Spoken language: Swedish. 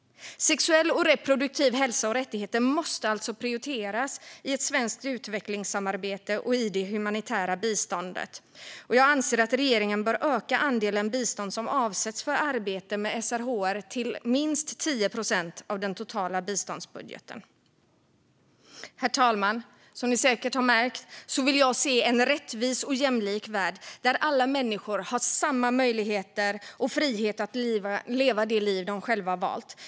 Sexuell och reproduktiv hälsa och rättigheter måste alltså prioriteras i svenskt utvecklingssamarbete och i det humanitära biståndet. Jag anser att regeringen bör öka andelen bistånd som avsätts för arbete med SRHR till minst 10 procent av den totala biståndsbudgeten. Herr talman! Som ni säkert har märkt vill jag se en rättvis och jämlik värld där alla människor är fria att leva de liv de själva valt.